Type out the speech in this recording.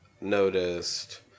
noticed